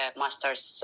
master's